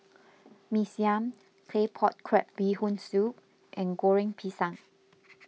Mee Siam Claypot Crab Bee Hoon Soup and Goreng Pisang